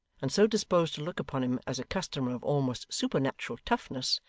and so disposed to look upon him as a customer of almost supernatural toughness,